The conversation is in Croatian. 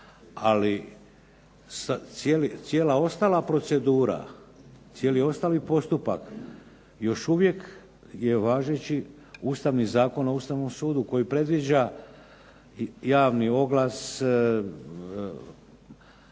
ali cijela ostala procedura, cijeli ostali postupak još uvijek je važeći ustavni Zakon o Ustavnom sudu koji predviđa i javni oglas,